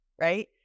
Right